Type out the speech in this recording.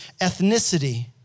ethnicity